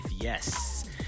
yes